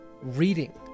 reading